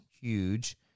huge